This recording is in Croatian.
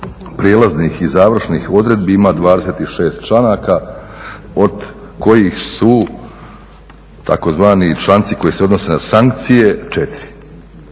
prijelaznih i završnih odredbi ima 26 članaka od koji su tzv. članci koji se odnose na sankcije 4.